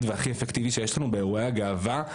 והכי אפקטיבי שיש לנו באירועי הגאווה,